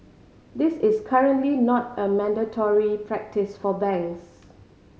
this is currently not a mandatory practice for banks